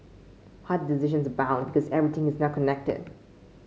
hard decisions abound because everything is now connected